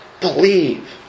Believe